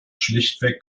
schlichtweg